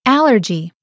Allergy